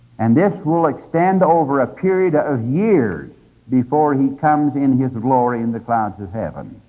and this will extend over a period ah of years before he comes in his glory in the clouds of heaven.